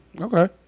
Okay